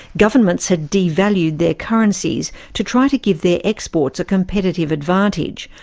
governments had devalued their currencies to try to give their exports a competitive advantage,